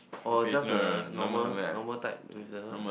or just a normal normal type with that one